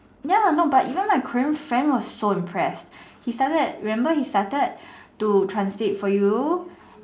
ya no but even my Korean friend was so impressed he started remember her started to translate for you